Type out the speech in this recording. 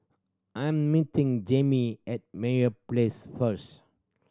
I am meeting Jamey at Meyer Place first